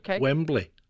Wembley